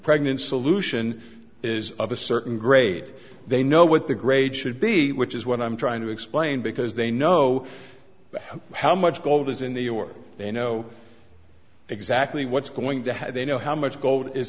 pregnant solution is of a certain grade they know what the grade should be which is what i'm trying to explain because they know how much gold is in the us they know exactly what's going to have they know how much gold is